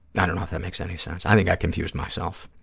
i don't know if that makes any sense. i think i confused myself.